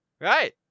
Right